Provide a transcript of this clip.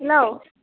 hello